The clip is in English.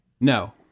no